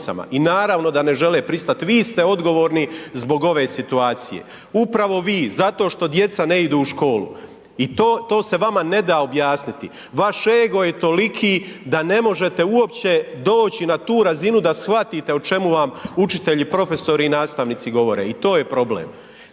i naravno da ne žele pristati, vi ste odgovorni zbog ove situacije. Upravo vi, zato što djeca ne idu u školu. I to se vama ne da objasniti. Vaš ego je toliki da ne možete uopće doći na tu razinu da shvatite o čemu vam učitelji, profesori i nastavnici govore i to je problem.